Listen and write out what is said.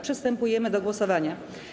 Przystępujemy do głosowania.